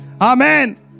Amen